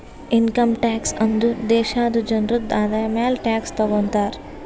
income tax ಅಂದುರ್ ದೇಶಾದು ಜನ್ರುದು ಆದಾಯ ಮ್ಯಾಲ ಟ್ಯಾಕ್ಸ್ ತಗೊತಾರ್